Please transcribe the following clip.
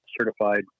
certified